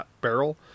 barrel